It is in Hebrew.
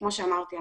וכמו שאמרתי,